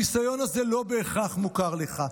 הניסיון הזה לא בהכרח מוכר לך.